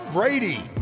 Brady